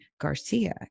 Garcia